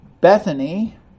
Bethany